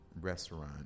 restaurant